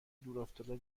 دورافتاده